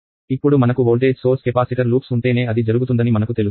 ఇప్పుడు మనకు voltage source capacitor loops ఉంటేనే అది జరుగుతుందని మనకు తెలుసు